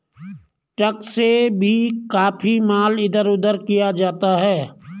truck से भी काफी माल इधर उधर किया जाता है